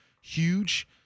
huge